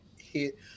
hit